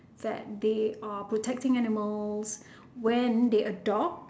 that they are protecting animals when they adopt